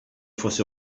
fosse